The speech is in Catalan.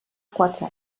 quatre